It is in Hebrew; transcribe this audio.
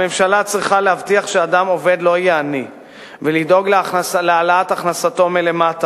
הממשלה צריכה להבטיח שאדם עובד לא יהיה עני ולדאוג להעלאת הכנסתו מלמטה,